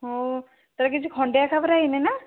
ହଉ ତାର କିଛି ଖଣ୍ଡିଆ ଖାବରା ହୋଇନି ନା